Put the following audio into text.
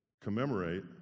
commemorate